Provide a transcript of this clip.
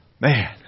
Man